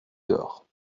dehors